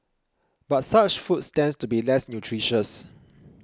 but such foods tend to be less nutritious